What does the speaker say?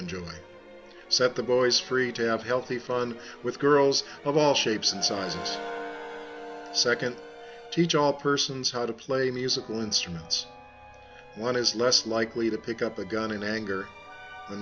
enjoy set the boys free to have healthy fun with girls of all shapes and sizes second teach all persons how to play musical instruments one is less likely to pick up a gun in anger the